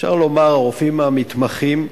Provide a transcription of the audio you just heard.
אפשר לומר, הרופאים המתמחים,